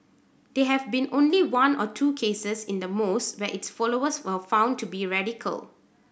there have been only one or two cases in the most where its followers were found to be radical